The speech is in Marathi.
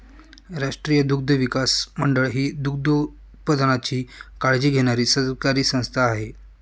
राष्ट्रीय दुग्धविकास मंडळ ही दुग्धोत्पादनाची काळजी घेणारी सरकारी संस्था आहे